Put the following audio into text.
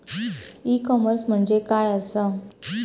E commerce म्हणजे काय असा?